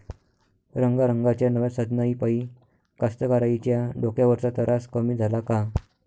रंगारंगाच्या नव्या साधनाइपाई कास्तकाराइच्या डोक्यावरचा तरास कमी झाला का?